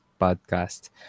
podcast